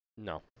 No